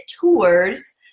tours